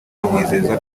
amwizeza